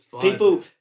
people